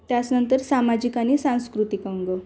त्यानंतर सामाजिक आणि सांस्कृतिक अंग